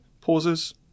pauses